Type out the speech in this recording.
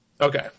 Okay